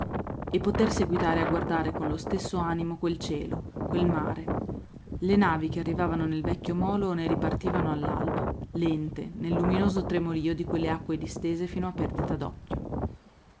e poter seguitare a guardare con lo stesso animo quel cielo quel mare le navi che arrivavano nel vecchio molo o ne ripartivano all'alba lente nel luminoso tremolio di quelle acque distese fino a perdita